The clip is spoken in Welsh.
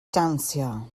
dawnsio